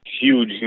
huge